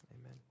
Amen